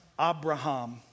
Abraham